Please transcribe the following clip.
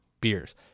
beers